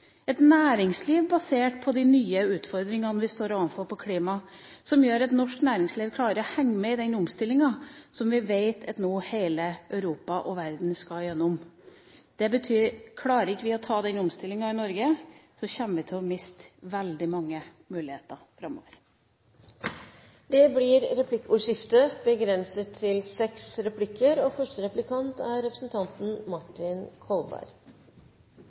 et næringsliv basert på de nye utfordringene vi står overfor når det gjelder klima, og som gjør at norsk næringsliv klarer å henge med i den omstillinga, som vi nå vet at hele Europa og verden skal gjennom. Det betyr at om vi ikke klarer å ta denne omstillinga i Norge, kommer vi til å miste veldig mange muligheter framover. Det blir replikkordskifte. Det er